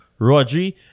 Rodri